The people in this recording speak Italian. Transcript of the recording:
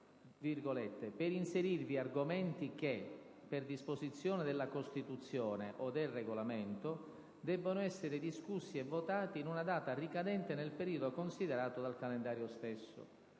«per inserirvi argomenti che, per disposizione della Costituzione o del Regolamento, debbono essere discussi e votati in una data ricadente nel periodo considerato dal calendario stesso».